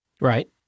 Right